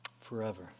forever